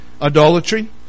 idolatry